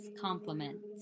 compliments